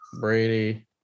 Brady